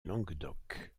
languedoc